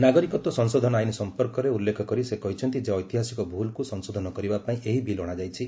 ନାଗରିକତ୍ୱ ସଂଶୋଧନ ଆଇନ ସଂପର୍କରେ ଉଲ୍ଲେଖ କରି ସେ କହିଛନ୍ତି ଯେ ଐତିହାସିକ ଭ୍ରଲ୍କୁ ସଂଶୋଧନ କରିବା ପାଇଁ ଏହି ବିଲ୍ ଅଶାଯାଇଛି